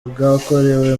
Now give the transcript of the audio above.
bwakorewe